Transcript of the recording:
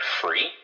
free